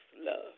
love